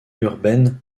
urbaine